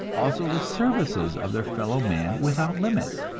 also the services of their fellow man without limit,